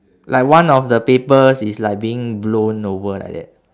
like one of the papers is like being blown over like that